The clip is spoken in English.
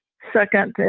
second,